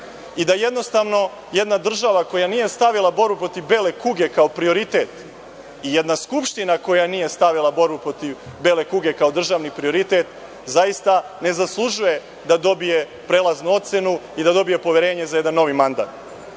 i da jednostavno jedna država koja nije stavila borbu protiv bele kuge kao prioritet i jedna Skupština koja nije stavila borbu protiv bele kuge kao državni prioritet zaista ne zaslužuje da dobije prelaznu ocenu i da dobije poverenje za jedan novi mandat.